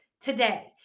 today